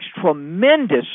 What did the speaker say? tremendous